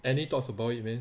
any talks about it man